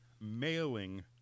mailing